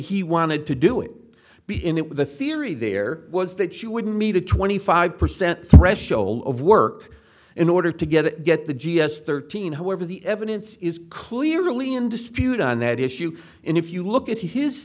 he wanted to do it be in it with the theory there was that you wouldn't need a twenty five percent threshold of work in order to get it get the g s thirteen however the evidence is clearly in dispute on that issue and if you look at his